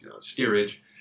steerage